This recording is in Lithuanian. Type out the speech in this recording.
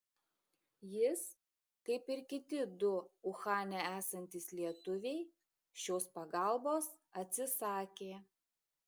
jis kaip ir kiti du uhane esantys lietuviai šios pagalbos atsisakė